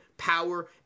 power